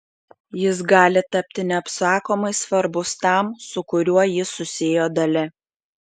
jis gali tapti neapsakomai svarbus tam su kuriuo jį susiejo dalia